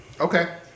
Okay